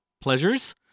pleasures